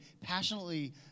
passionately